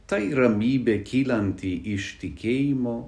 tai ramybė kylanti iš tikėjimo